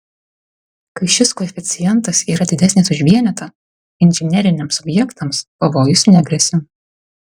kai šis koeficientas yra didesnis už vienetą inžineriniams objektams pavojus negresia